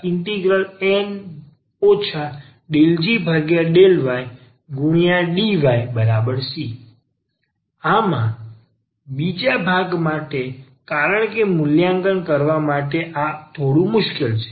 MdxN ∂g∂ydyc આમાં બીજા ભાગ માટે કારણ કે મૂલ્યાંકન કરવા માટે આ થોડું મુશ્કેલ છે